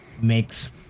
makes